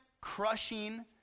crushing